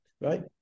Right